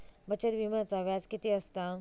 बचत विम्याचा व्याज किती असता?